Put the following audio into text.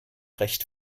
recht